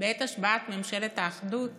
בעת השבעת ממשלת האחדות